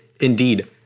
Indeed